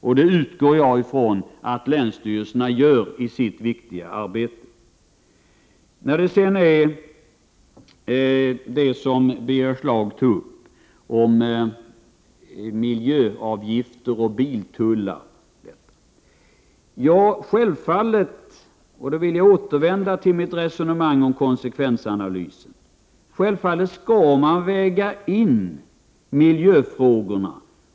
Jag utgår ifrån att länsstyrelserna följer lagarna i sitt viktiga arbete. Birger Schlaug tog upp miljöavgifter och biltullar. Jag vill i detta sammanhang återvända till mitt resonemang om konsekvensanalys. Självfallet skall man väga in miljöfrågorna.